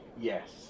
Yes